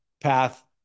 path